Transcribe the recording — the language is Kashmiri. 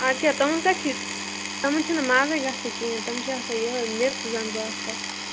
اَدٕ کیٚاہ تِمن کتہٕ چھُو تِمن چھُنہٕ مزے گژھان کِہیٖنٛۍ تِم چھِ آسان یہَے مٮ۪ژٕ زن باسان